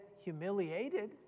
humiliated